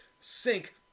Sink